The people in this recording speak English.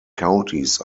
counties